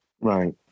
Right